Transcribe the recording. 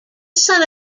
son